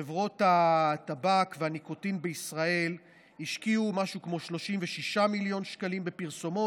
חברות הטבק והניקוטין בישראל השקיעו משהו כמו 36 מיליון שקלים בפרסומות,